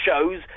shows